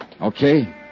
okay